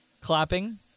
clapping